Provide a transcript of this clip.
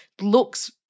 looks